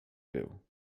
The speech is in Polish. był